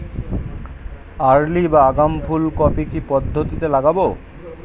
Early বা আগাম ফুল কপি কি পদ্ধতিতে লাগাবো?